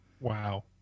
Wow